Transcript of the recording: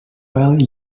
well